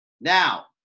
Now